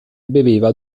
beveva